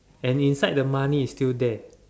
and inside the money is still there